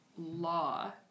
Law